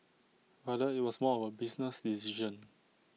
rather IT was more of A business decision